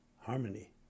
harmony